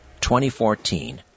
2014